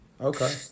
Okay